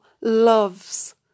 loves